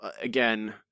again